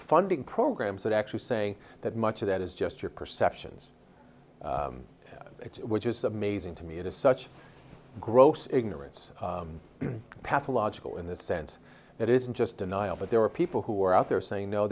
funding programs that actually say that much of that is just your perceptions which is amazing to me it is such gross ignorance pathological in that sense it isn't just denial but there are people who are out there saying no